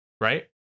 right